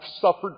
suffered